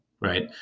right